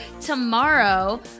tomorrow